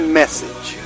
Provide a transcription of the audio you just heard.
message